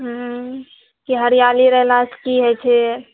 हूँ की हरिआली रहलासँ की होइ छै